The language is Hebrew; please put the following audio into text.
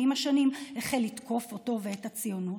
ועם השנים החל לתקוף אותו ואת הציונות,